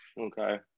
Okay